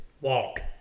walk